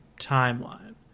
timeline